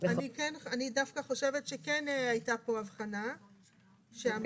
אני דווקא חושבת שכן הייתה פה הבחנה שאמרה